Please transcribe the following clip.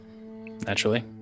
Naturally